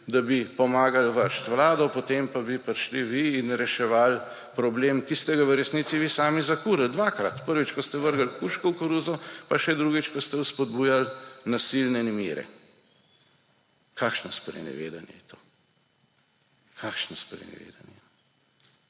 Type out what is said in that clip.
da bi pomagali vreči vlado, potem pa bi prišli vi in reševali problem, ki ste ga v resnici vi sami zakurili, dvakrat. Prvič, ko ste vrgli puško v koruzo, pa še drugič, ko ste spodbujali nasilne nemire. Kakšno sprenevedanje je to! Kakšno sprenevedanje.